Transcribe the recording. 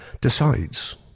Decides